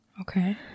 Okay